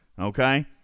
okay